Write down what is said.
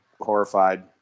horrified